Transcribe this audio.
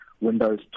Windows